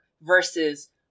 versus